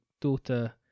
daughter